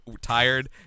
tired